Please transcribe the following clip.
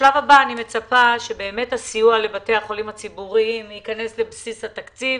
בשלב הבא אני מצפה שהסיוע לבתי החולים הציבוריים ייכנס לבסיס התקציב,